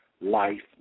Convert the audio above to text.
Life